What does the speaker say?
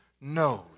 knows